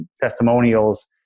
testimonials